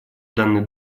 данный